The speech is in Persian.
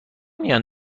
میان